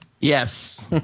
Yes